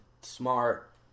smart